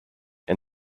and